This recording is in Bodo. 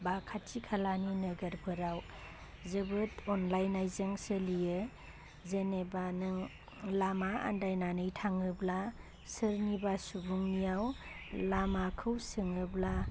बा खाथि खालानि नोगोरफोराव जोबोद अनलायनायजों सोलियो जेनेबा नों लामा आन्दायनानै थाङोब्ला सोरनिबा सुबुंनिआव लामाखौ सोङोब्ला